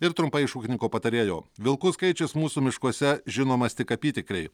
ir trumpai iš ūkininko patarėjo vilkų skaičius mūsų miškuose žinomas tik apytikriai